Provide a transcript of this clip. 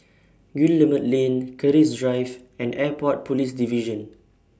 Guillemard Lane Keris Drive and Airport Police Division